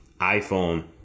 iPhone